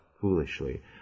foolishly